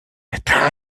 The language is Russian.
это